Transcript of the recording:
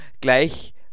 gleich